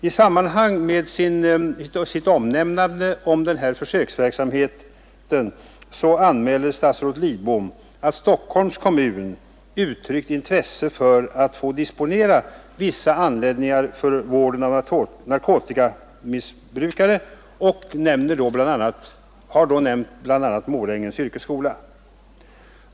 I sammanhang med sitt omnämnande av den här försöksverksamheten anmäler statsrådet Lidbom att Stockholms kommun uttryckt intresse för att få disponera vissa anläggningar för vården av narkotikamissbrukare och har då nämnt bl.a. Morängens yrkesskola.